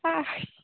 পাৰি